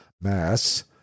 Mass